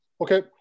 Okay